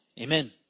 amen